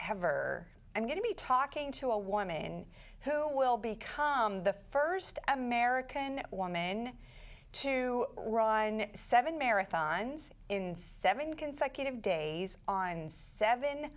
or ever i'm going to be talking to a woman who will become the first american woman to raw and seven marathons in seven consecutive days on seven